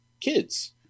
kids